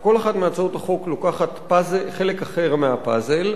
כי כל אחת מהצעות החוק לוקחת חלק אחר בפאזל,